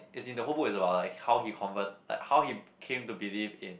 as in the whole book is about like how he convert like how he came to believe in